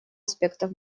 аспектов